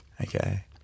Okay